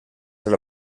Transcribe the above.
del